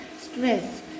stress